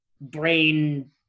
brain